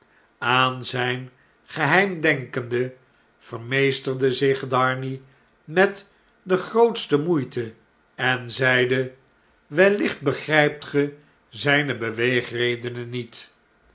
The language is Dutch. aan zjjn geheim denkende vermeesterde zich darnay met de grootste moeite en zeide wellicht begrypt ge zjjne beweegredenen niet